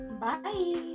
bye